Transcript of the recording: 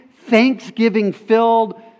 Thanksgiving-filled